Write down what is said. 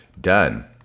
Done